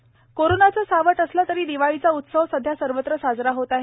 दिवाळी पाडवा कोरोनाचं सावट असलं तरी दिवाळीचा उत्सव सध्या सर्वत्र साजरा होत आहे